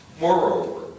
Moreover